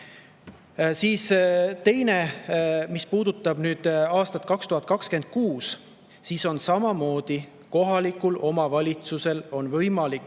Teiseks, mis puudutab aastat 2026, siis on samamoodi. Kohalikul omavalitsusel on võimalik